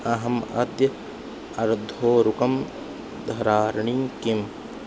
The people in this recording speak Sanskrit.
अहम् अद्य अर्धोरुकं धरामि किम्